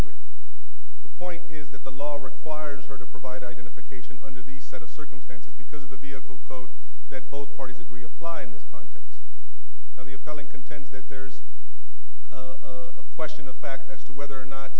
with the point is that the law requires her to provide identification under the set of circumstances because of the vehicle code that both parties agree apply in this context and the appellate contends that there's a question of fact as to whether or not